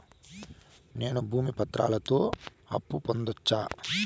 నేను భూమి పత్రాలతో అప్పు పొందొచ్చా?